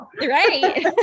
right